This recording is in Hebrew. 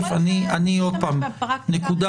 אני עוד פעם --- אני חושבת מהפרקטיקה